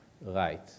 right